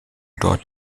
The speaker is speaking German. dort